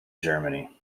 germany